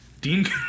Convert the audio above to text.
Dean